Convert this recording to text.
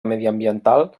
mediambiental